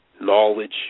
Knowledge